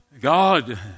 God